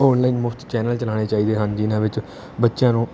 online ਮੁਫਤ channel ਚਲਾਉਣੇ ਚਾਹੀਦੇ ਹਨ ਜਿਹਨਾਂ ਵਿੱਚ ਬੱਚਿਆਂ ਨੂੰ